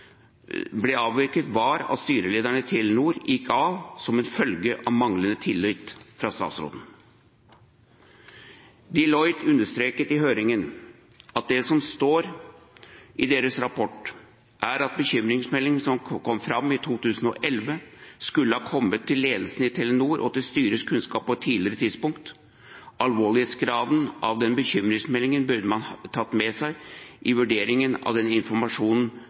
ble avdekket, var at styrelederen i Telenor gikk av som en følge av manglende tillit fra statsråden. Deloitte understreket i høringen at det som står i deres rapport, er at bekymringsmeldingen, som kom fram i 2011, «skulle ha kommet til ledelsen i Telenor og til styrets kunnskap på et tidligere tidspunkt. alvorlighetsgraden av den bekymringsmeldingen burde man ha tatt med seg i vurderingen av den informasjonen